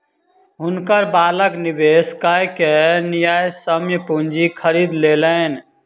हुनकर बालक निवेश कय के न्यायसम्य पूंजी खरीद लेलैन